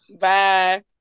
Bye